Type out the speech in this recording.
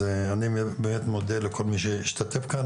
אני באמת מודה לכל מי שהשתתף כאן,